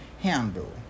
handle